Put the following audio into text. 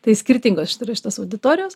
tai skirtingos yra šitos auditorijos